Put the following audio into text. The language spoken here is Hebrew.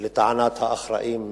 לטענת האחראים,